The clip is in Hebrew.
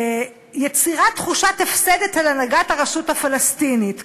יצירת תחושת הפסד אצל הנהגת הרשות הפלסטינית.